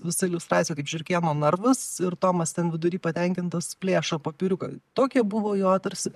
visa iliustracija kaip žiurkėno narvas ir tomas ten vidury patenkintas plėšo popieriuką tokia buvo jo tarsi